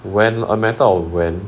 when a matter of when